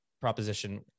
proposition